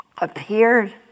appeared